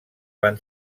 van